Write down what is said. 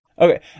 Okay